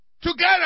Together